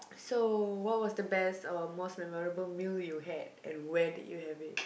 so what was the best or most memorable meal you had and where did you have it